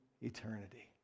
eternity